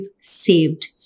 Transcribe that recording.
saved